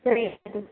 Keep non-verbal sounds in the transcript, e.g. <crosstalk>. <unintelligible>